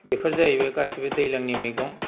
बेफोर जाहैबाय गासैबो दैज्लांनि मैगं